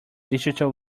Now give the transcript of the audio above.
digital